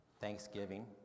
Thanksgiving